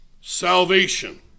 salvation